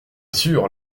sûr